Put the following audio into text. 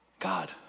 God